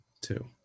Two